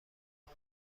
آیا